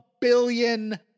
billion